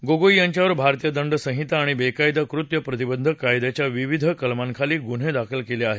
गोगोई यांच्यावर भारतीय दंड संहिता आणि बेकायदा कृत्य प्रतिबंधक कायद्याच्या विविध कलमांखाली गुन्हे दाखल केले आहेत